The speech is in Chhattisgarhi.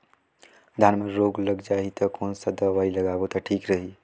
धान म रोग लग जाही ता कोन सा दवाई लगाबो ता ठीक रही?